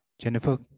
Jennifer